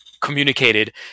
communicated